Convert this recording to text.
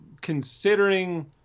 considering